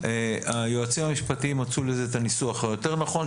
היועצים המשפטיים מצאו לזה את הניסוח היותר נכון,